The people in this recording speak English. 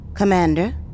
Commander